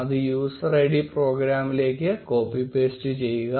അത് user ID പ്രോഗ്രാമിലേക്ക് copy paste ചെയ്യുക